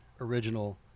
original